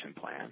plan